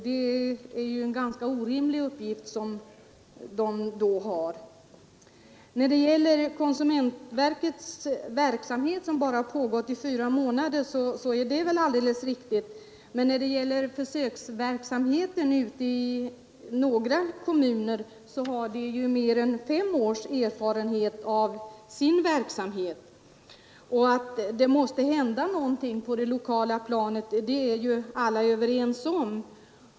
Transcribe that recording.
Det är en ganska orimlig uppgift som dessa hemkonsulenter har. Det är alldeles riktigt att konsumentverkets verksamhet bara pågått fyra månader, men i några kommuner har man ju mer än fem års erfarenhet av den försöksverksamhet som bedrivits där. Att det måste hända någonting på det lokala planet är ju alla överens om.